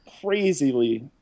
crazily